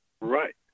Right